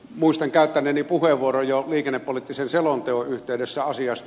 muistan käyttäneeni puheenvuoron jo liikennepoliittisen selonteon yhteydessä asiasta